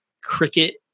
cricket